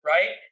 Right